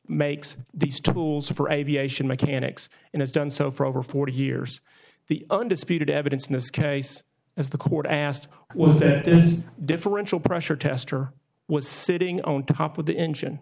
makes these tools for aviation mechanics and has done so for over forty years the undisputed evidence in this case as the court asked is differential pressure tester was sitting on top of the engine